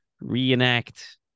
reenact